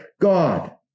God